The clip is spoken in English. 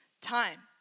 time